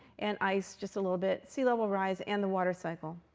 and ice, just a little bit, sea level rise, and the water cycle.